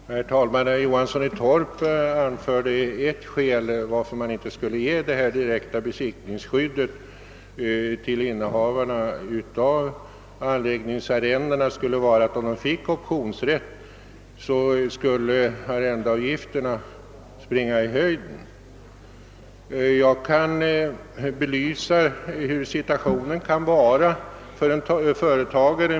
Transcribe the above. Herr talman! Herr Johansson i Torp anförde som ett skäl till att man inte skulle ge innehavare av anläggningsarrenden direkt besittningsskydd, att om de fick optionsrätt skulle arrendeavgifterna springa i höjden. Jag kan med hänvisning till färska erfarenheter belysa hurudan situationen kan vara för en företagare.